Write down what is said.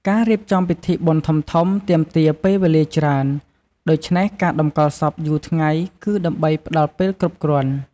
ការរៀបចំពិធីបុណ្យធំៗ ទាមទារពេលវេលាច្រើន ដូច្នេះការតម្កល់សពយូរថ្ងៃគឺដើម្បីផ្តល់ពេលគ្រប់គ្រាន់។